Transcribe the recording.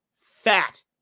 fat